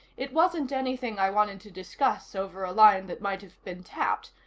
it wasn't anything i wanted to discuss over a line that might have been tapped.